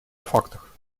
фактах